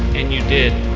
and you did.